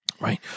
Right